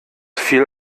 viel